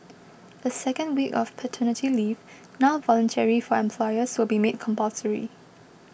the second week of paternity leave now voluntary for employers will be made compulsory